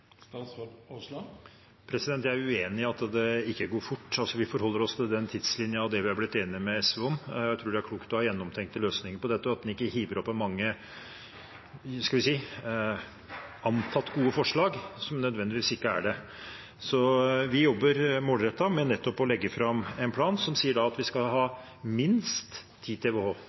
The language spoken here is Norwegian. Jeg er uenig i at det ikke går fort. Vi forholder oss til den tidslinjen og det andre vi har blitt enige med SV om. Jeg tror det er klokt å ha gjennomtenkte løsninger for dette, og at en ikke hiver seg på mange antatt gode forslag som ikke nødvendigvis er det. Så vi jobber målrettet med nettopp å legge fram en plan som sier at vi skal ha minst 10 TWh